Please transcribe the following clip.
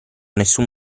nessun